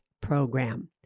program